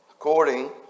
according